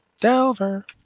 Delver